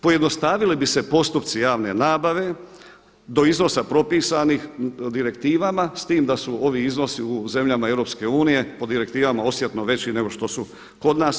Pojednostavili bi se postupci javne nabave do iznosa propisanih direktivama s tim da su ovi iznosi u zemljama EU, po direktivama osjetno veći nego što su kod nas.